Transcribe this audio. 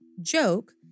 joke